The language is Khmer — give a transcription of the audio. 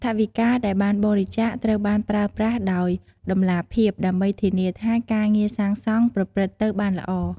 ថវិកាដែលបានបរិច្ចាគ ត្រូវបានប្រើប្រាស់ដោយតម្លាភាពដើម្បីធានាថាការងារសាងសង់ប្រព្រឹត្តទៅបានល្អ។